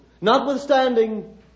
notwithstanding